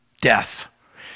Death